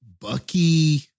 Bucky